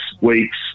weeks